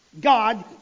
God